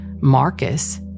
Marcus